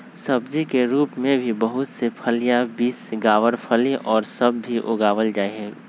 सब्जी के रूप में भी बहुत से फलियां, बींस, गवारफली और सब भी उगावल जाहई